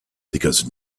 because